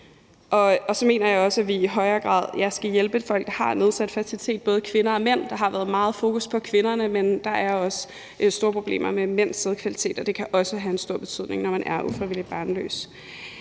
Så mener jeg også, at vi i højere grad skal hjælpe folk, der har nedsat fertilitet, både kvinder og mænd. Der har været meget fokus på kvinderne, men der er også store problemer med mænds sædkvalitet, og det kan også have en stor betydning, når man er ufrivilligt barnløs.